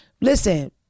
listen